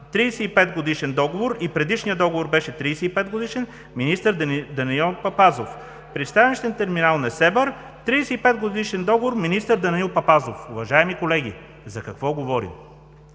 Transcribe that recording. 35-годишен договор – и предишният договор беше 35-годишен, министър Данаил Папазов; пристанищен терминал Несебър, 35 годишен договор, министър Данаил Папазов. Уважаеми колеги, за какво говорим?